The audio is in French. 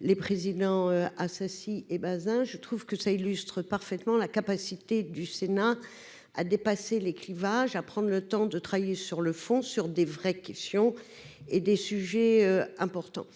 les présidents à ceci et Bazin je trouve que ça illustre parfaitement la capacité du Sénat à dépasser les clivages à prendre le temps de travailler sur le fond, sur des vraies questions et des sujets importants,